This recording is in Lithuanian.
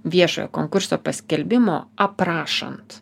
viešojo konkurso paskelbimo aprašant